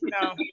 No